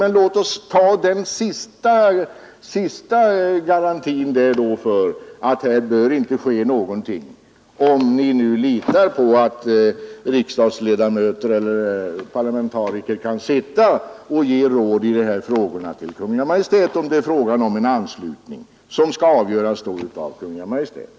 Men låt oss ta den som en sista garanti, om ni nu litar på att riksdagsledamöter eller parlamentariker kan ge råd i dessa frågor till Kungl. Maj:t, som skall avgöra frågan om en anslutning.